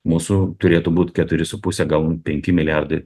mūsų turėtų būt keturi su puse galbūt penki milijardai